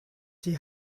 die